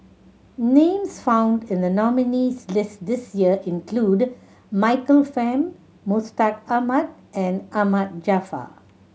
names found in the nominees' list this year include Michael Fam Mustaq Ahmad and Ahmad Jaafar